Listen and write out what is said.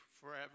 forever